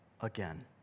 again